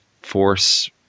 force